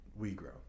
WeGrow